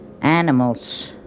animals